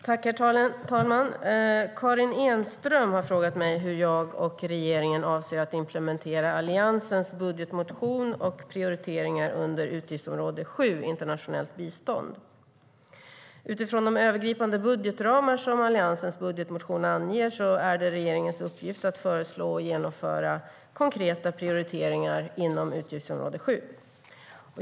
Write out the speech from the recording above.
Herr talman! Karin Enström har frågat mig hur jag och regeringen avser att implementera Alliansens budgetmotion och prioriteringar under utgiftsområde 7 Internationellt bistånd. Utifrån de övergripande budgetramar som Alliansens budgetmotion anger är det regeringens uppgift att föreslå och genomföra konkreta prioriteringar inom utgiftsområde 7.